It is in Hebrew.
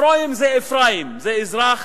Afroyim זה אפרים, זה אזרח